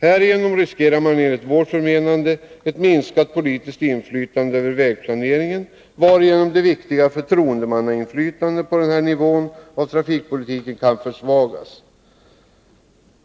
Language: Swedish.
Härigenom riskerar man enligt vårt förmenande ett minskat politiskt inflytande över vägplaneringen, varigenom det viktiga förtroendemannainflytandet på denna nivå när det gäller trafikpolitiken kan försvagas.